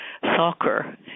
soccer